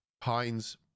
Pines